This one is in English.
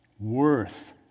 Worth